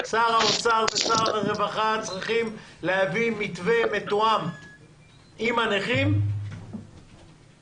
שר האוצר ושר הרווחה צריכים להביא מתווה מתואם עם הנכים לוועדה,